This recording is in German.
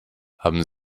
haben